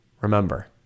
remember